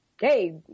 Hey